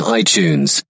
iTunes